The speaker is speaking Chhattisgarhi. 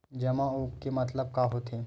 जमा आऊ के मतलब का होथे?